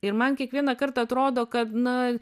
ir man kiekvieną kartą atrodo kad na